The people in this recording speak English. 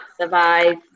survive